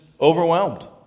Overwhelmed